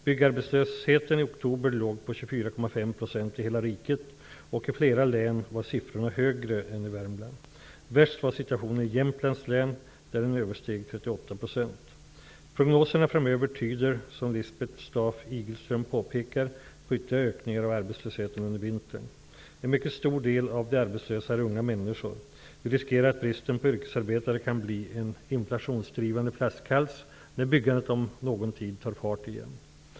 Byggarbetslösheten i oktober låg på 24,5 % i hela riket och i flera län var siffrorna högre än i Värmland. Värst var situationen i Jämtlands län där den översteg 38 %. Prognoserna framöver tyder, som Lisbeth Staaf-Igelström påpekar, på ytterligare ökningar av arbetslösheten under vintern. En mycket stor del av de arbetslösa är unga människor. Vi riskerar att bristen på yrkesarbetare kan bli en inflationsdrivande flaskhals när byggandet om någon tid tar fart igen.